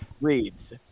reads